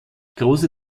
große